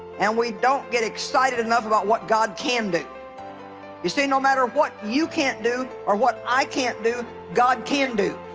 and we don't get excited enough about what god can do you see no matter what you can't do or what i can't do god can do